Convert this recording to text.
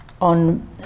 on